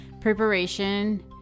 preparation